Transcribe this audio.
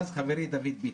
אז חברי דוד ביטן,